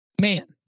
Man